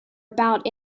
about